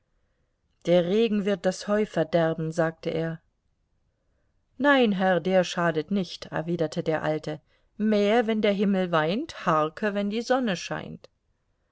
der regen wird das heu verderben sagte er nein herr der schadet nicht erwiderte der alte mähe wenn der himmel weint harke wenn die sonne scheint